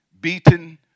Beaten